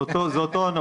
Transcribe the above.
זה אותו הנוסח.